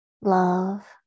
love